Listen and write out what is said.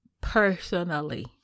personally